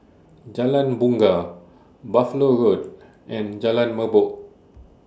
Jalan Bungar Buffalo Road and Jalan Merbok